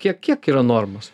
kiek kiek yra normos